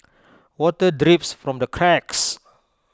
water drips from the cracks